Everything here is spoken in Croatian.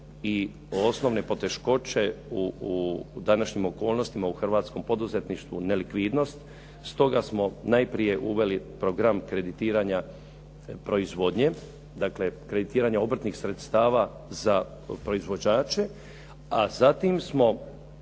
i osnovne poteškoće u današnjim okolnostima u hrvatskom poduzetništvu nelikvidnost. Stoga smo najprije uveli program kreditiranja proizvodnje, dakle kreditiranje obrtnih sredstava za proizvođače, a zatim smo